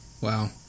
Wow